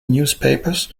newspapers